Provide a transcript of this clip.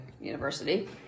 university